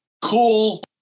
cool